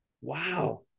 wow